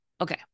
Okay